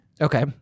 Okay